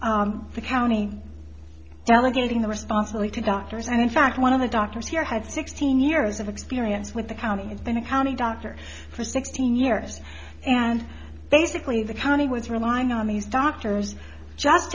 had the county delegating the responsibly to doctors and in fact one of the doctors here had sixteen years of experience with the county and then a county doctor for sixteen years and basically the county was relying on these doctors